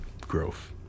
growth